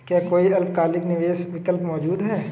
क्या कोई अल्पकालिक निवेश विकल्प मौजूद है?